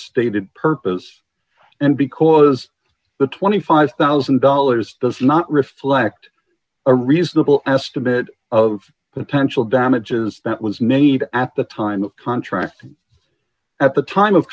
stated purpose and because the twenty five thousand dollars does not reflect a reasonable estimate of potential damages that was made at the time of contract at the